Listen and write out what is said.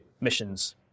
missions